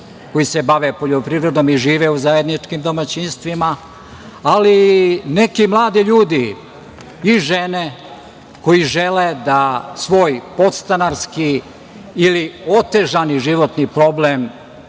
koji se bave poljoprivredom i žive u zajedničkim domaćinstvima, ali i neki mladi ljudi i žene, koji žele da svoj podstanarski ili otežani životni problem